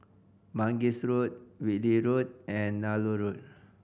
Mangis Road Whitley Road and Nallur Road